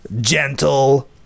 gentle